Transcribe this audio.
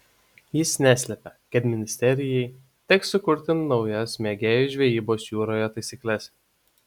jis neslėpė kad ministerjai teks sukurti naujas mėgėjų žvejybos jūroje taisykles